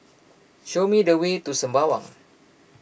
show me the way to Sembawang